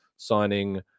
Signing